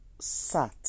sat